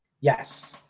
Yes